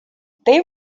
they